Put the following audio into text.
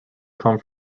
come